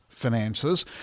finances